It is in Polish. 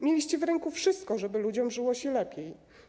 Mieliście w ręku wszystko, żeby ludziom żyło się lepiej.